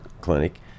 clinic